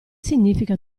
significa